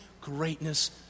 greatness